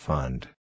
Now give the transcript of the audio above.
Fund